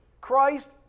Christ